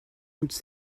toutes